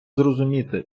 зрозуміти